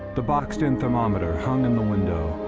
the boxed-in thermometer hung in the window,